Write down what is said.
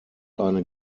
eine